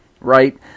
right